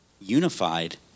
unified